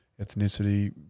ethnicity